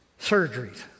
surgeries